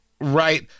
right